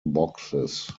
boxes